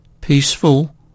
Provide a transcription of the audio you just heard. Peaceful